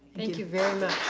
thank you very